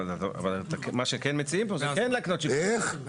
יפה, אבל מה שכן מציעים פה, זה כן לתת שיקול דעת.